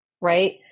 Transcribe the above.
right